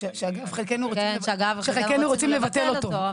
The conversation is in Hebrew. שאגב חלקנו רוצים לבטל אותו.